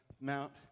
Mount